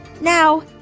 now